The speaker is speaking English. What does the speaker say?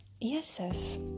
yes